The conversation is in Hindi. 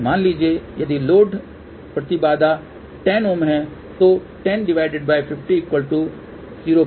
मान लीजिए यदि लोड प्रतिबाधा 10 Ω है तो 1050 02